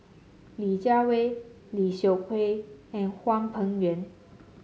Li Jiawei Lim Seok Hui and Hwang Peng Yuan